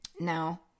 Now